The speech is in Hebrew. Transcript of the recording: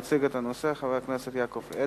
שמספרה 3356. יציג את הנושא חבר הכנסת יעקב אדרי.